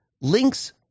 Links